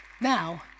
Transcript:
Now